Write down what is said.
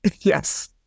yes